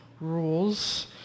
rules